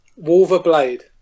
Wolverblade